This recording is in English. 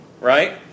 right